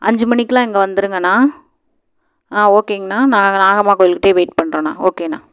அஞ்சு மணிக்கெல்லாம் இங்கே வந்துடுங்கண்ணா ஆ ஓகேங்கண்ணா நான் நாகம்மா கோயில்கிட்டையே வெயிட் பண்ணுறோண்ணா ஓகேண்ணா